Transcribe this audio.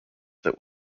that